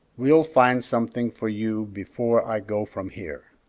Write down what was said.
we'll find something for you before i go from here.